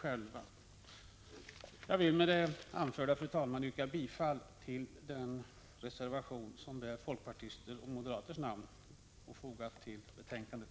Jag vill med det anförda, fru talman, yrka bifall till den reservation som bär folkpartisters och moderaters namn och som är fogad till betänkandet.